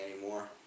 anymore